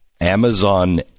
Amazon